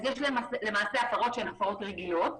יש הפרות שהן הפרות רגילות,